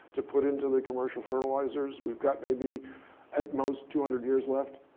to put into the commercial fertilizers we've got maybe at most two hundred years left.